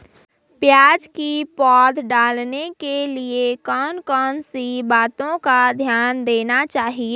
प्याज़ की पौध डालने के लिए कौन कौन सी बातों का ध्यान देना चाहिए?